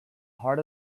heart